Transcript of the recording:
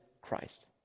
Christ